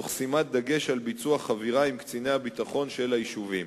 תוך שימת דגש על ביצוע חבירה עם קציני הביטחון של היישובים.